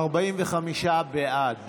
45 בעד.